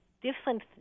different